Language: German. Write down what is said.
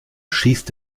schießt